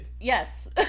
yes